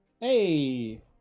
Hey